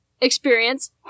experience